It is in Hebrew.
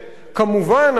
עמיתי חברי הכנסת,